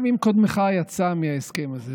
גם אם קודמך יצא מההסכם הזה,